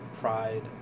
pride